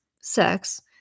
Sex